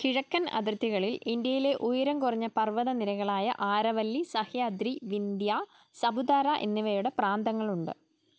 കിഴക്കൻ അതിർത്തികളിൽ ഇന്ത്യയിലെ ഉയരംകുറഞ്ഞ പർവതനിരകളായ ആരവല്ലി സഹ്യാദ്രി വിന്ധ്യ സപുതാര എന്നിവയുടെ പ്രാന്തങ്ങളുണ്ട്